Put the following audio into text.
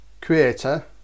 Creator